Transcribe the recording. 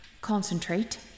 Concentrate